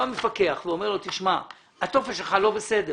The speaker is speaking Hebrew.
בא מפקח ואומר לו שהטופס שלו לא בסדר